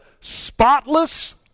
spotless